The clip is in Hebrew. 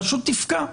פשוט תפקע.